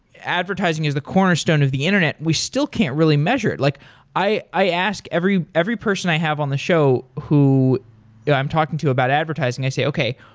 advertising is the cornerstone of the internet. we still can't really measure it. like i i ask every every person i have on the show who yeah i'm talking to about advertising. i say, okay,